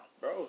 Bro